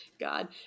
god